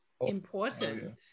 important